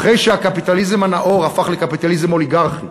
אחרי שהקפיטליזם הנאור הפך לקפיטליזם אוליגרכי,